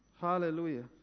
Hallelujah